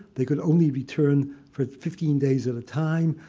they could only return for fifteen days at a time.